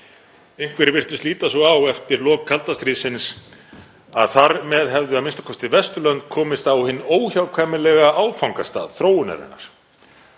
Einhverjir virtust líta svo á eftir lok kalda stríðsins að þar með hefði a.m.k. Vesturlönd komist á hinn óhjákvæmilega áfangastað þróunarinnar